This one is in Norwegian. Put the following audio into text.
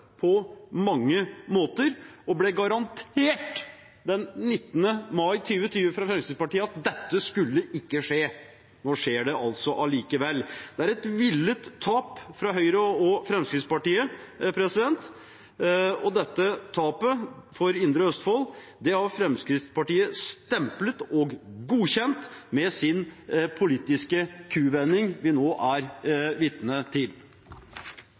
på mange måter, og det ble garantert den 19. mai 2020 fra Fremskrittspartiet at dette ikke skulle skje. Nå skjer det allikevel. Det er et villet tap fra Høyre og Fremskrittspartiet. Dette tapet for Indre Østfold har Fremskrittspartiet stemplet og godkjent med den politiske kuvendingen vi nå er vitne til.